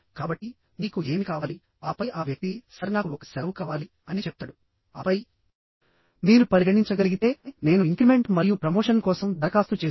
కాబట్టి మీకు ఏమి కావాలి ఆపై ఆ వ్యక్తి సర్ నాకు ఒక సెలవు కావాలి అని చెప్తాడు ఆపై మీరు పరిగణించగలిగితే నేను ఇంక్రిమెంట్ మరియు ప్రమోషన్ కోసం దరఖాస్తు చేసాను